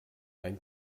ein